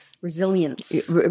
resilience